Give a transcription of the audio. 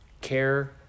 Care